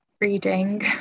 reading